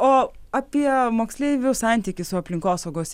o apie moksleivių santykį su aplinkosaugos